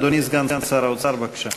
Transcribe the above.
אדוני סגן שר האוצר, בבקשה.